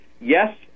Yes